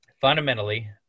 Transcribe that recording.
fundamentally